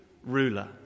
ruler